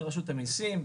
ברשות המיסים,